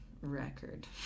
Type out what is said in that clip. record